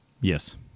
Yes